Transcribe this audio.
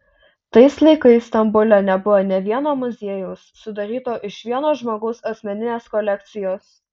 tais laikais stambule nebuvo nė vieno muziejaus sudaryto iš vieno žmogaus asmeninės kolekcijos